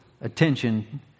attention